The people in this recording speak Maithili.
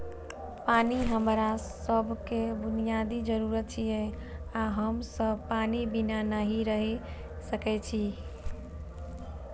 पानि हमरा सभक बुनियादी जरूरत छियै आ हम सब पानि बिना नहि रहि सकै छी